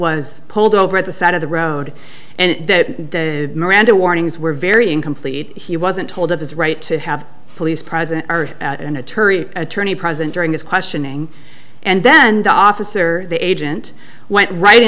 was pulled over at the side of the road and the miranda warnings were very incomplete he wasn't told of his right to have police present or an attorney attorney present during his questioning and then da the agent went right